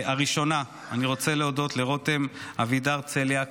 הראשונה, אני רוצה להודות לרותם אבידר צליאק.